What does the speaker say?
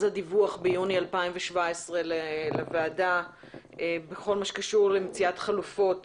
הדיווח לוועדה ביוני 2017 בכל הקשור למציאות חלופות